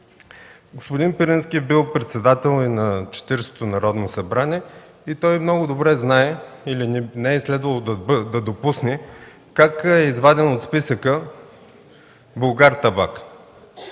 Господин Пирински е бил председател на Четиридесетото Народно събрание. Той много добре знае как и не е следвало да допусне да бъде изваден от списъка „Булгартабак”.